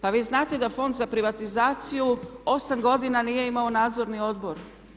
Pa vi znate da Fond za privatizaciju 8 godina nije imao nadzorni odbor?